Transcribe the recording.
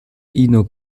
ino